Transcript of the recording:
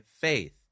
faith